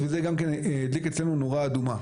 זה גם כן הדליק אצלנו נורה אדומה.